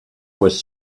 was